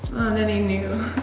any new.